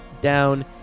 down